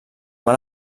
van